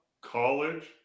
college